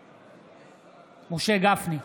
נגד משה גפני,